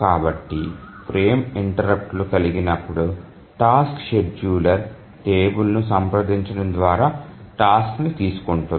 కాబట్టి ఫ్రేమ్ ఇంటెర్రుప్ట్లు కలిగినప్పుడు టాస్క్ షెడ్యూలర్ టేబుల్ ను సంప్రదించడం ద్వారా టాస్క్ ని తీసుకుంటుంది